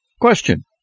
Question